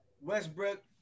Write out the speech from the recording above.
Westbrook